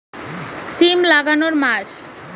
সিম লাগানোর মাস?